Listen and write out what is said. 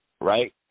right